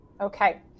Okay